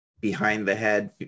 behind-the-head